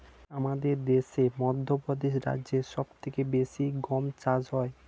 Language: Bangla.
আমাদের দেশে মধ্যপ্রদেশ রাজ্যে সব থেকে বেশি গম চাষ হয়